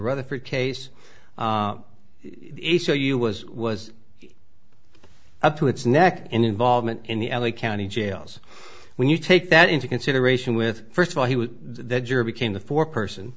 rather for case so you was was up to its neck in involvement in the l a county jails when you take that into consideration with first of all he was the juror became the four person